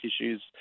issues